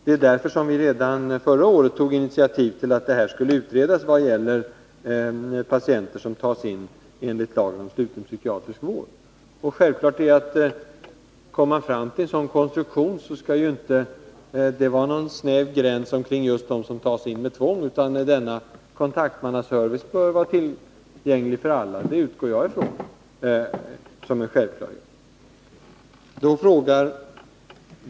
Det var därför vi redan förra året tog initiativ till att utreda frågan om kontaktmän för patienter som tas in enligt lagen om sluten psykiatrisk vård. Och det är självklart att det, om man kommer fram till en sådan konstruktion, inte skall vara någon snäv gräns för dem som tas in under tvång, utan att en sådan kontaktmannaservice bör vara tillgänglig för alla. Det utgår jag från som en självklarhet.